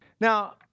Now